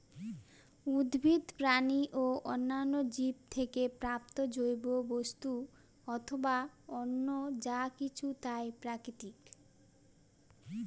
উদ্ভিদ, প্রাণী ও অন্যান্য জীব থেকে প্রাপ্ত জৈব বস্তু অথবা অন্য যা কিছু তাই প্রাকৃতিক